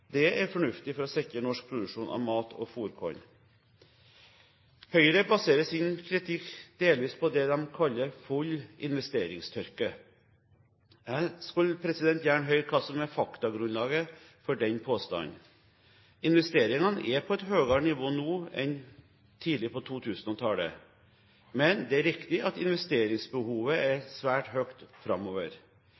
Det er fornuftig for å sikre norsk produksjon av mat- og fôrkorn. Høyre baserer sin kritikk delvis på det de kaller «full investeringstørke». Jeg skulle gjerne hørt hva som er faktagrunnlaget for den påstanden. Investeringene er på et høyere nivå nå enn tidlig på 2000-tallet. Men det er riktig at investeringsbehovet er